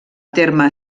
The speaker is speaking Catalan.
terme